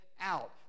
out